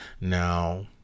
now